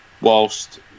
whilst